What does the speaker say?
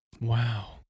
Wow